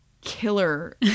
killer